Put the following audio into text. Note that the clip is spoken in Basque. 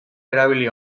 erabili